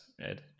right